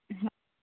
हा